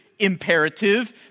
Imperative